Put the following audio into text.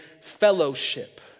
fellowship